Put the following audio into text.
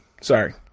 Sorry